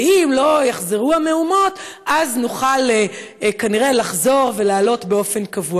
ואם לא יחזרו המהומות אז נוכל לחזור ולעלות באופן קבוע.